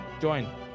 join